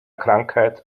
krankheit